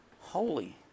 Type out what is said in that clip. holy